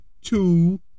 two